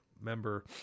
member